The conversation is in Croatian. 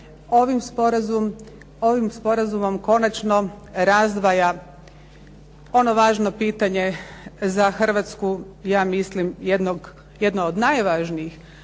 ovim sporazumom konačno razdvaja ono važno pitanje za Hrvatsku, ja mislim jedno od najvažnijih